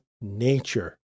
nature